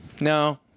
no